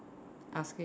asking